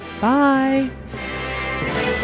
bye